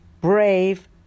brave